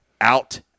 out